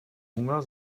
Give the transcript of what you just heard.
hunger